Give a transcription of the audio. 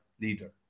leader